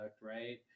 right